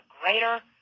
greater